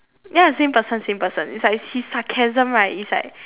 ya same person same person is like his sarcasm right is like